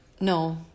no